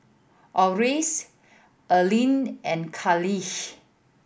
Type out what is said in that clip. Orris Erline and Carleigh